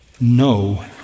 no